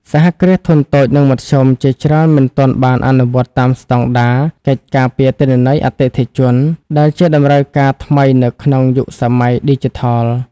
សហគ្រាសធុនតូច និងមធ្យម ជាច្រើនមិនទាន់បានអនុវត្តតាមស្ដង់ដារ "កិច្ចការពារទិន្នន័យអតិថិជន" ដែលជាតម្រូវការថ្មីនៅក្នុងយុគសម័យឌីជីថល។